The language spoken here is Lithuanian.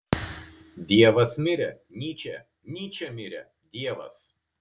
dievas mirė nyčė nyčė mirė dievas